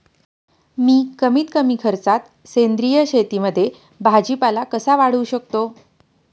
मी कमीत कमी खर्चात सेंद्रिय शेतीमध्ये भाजीपाला कसा वाढवू शकतो?